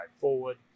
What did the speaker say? forward